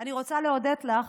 אני רוצה להודות לך,